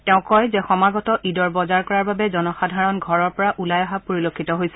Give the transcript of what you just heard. তেওঁ কয় যে সমাগত ঈদৰ বজাৰ কৰাৰ বাবে জনসাধাৰণ ঘৰৰ পৰা ওলাই অহা পৰিলক্ষিত হৈছে